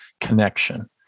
connection